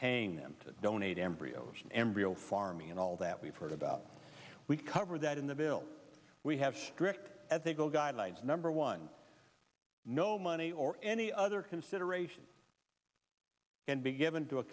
paying them to donate embryos embryo farming and all that we've heard about we covered that in the bill we have strict ethical guidelines number one no money or any other consideration and be given to a